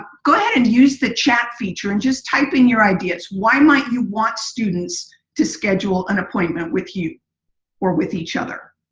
go ahead and use the chat feature and type in your ideas. why might you want student's to schedule an appointment with you or with each other?